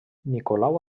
nicolau